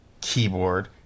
keyboard